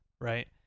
right